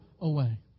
away